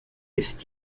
ist